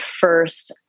first